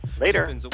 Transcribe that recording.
Later